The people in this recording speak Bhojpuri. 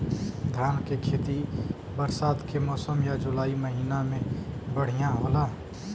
धान के खेती बरसात के मौसम या जुलाई महीना में बढ़ियां होला?